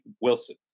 Wilson